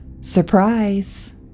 Surprise